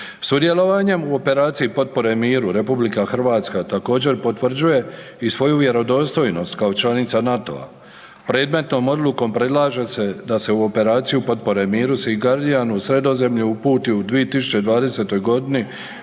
Sudjelovanjem u operaciji potpore miru RH također potvrđuje i svoju vjerodostojnost kao članica NATO-a. Predmetnom odlukom predlaže se da se u operaciju potpore miru „Sea Guardian“ u Sredozemlju uputi u 2020. godini